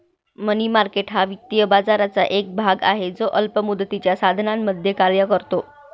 मनी market हा वित्तीय बाजाराचा एक भाग आहे जो अल्प मुदतीच्या साधनांमध्ये कार्य करतो